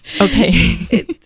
Okay